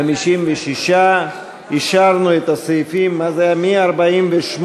56. אישרנו את הסעיפים מ-48,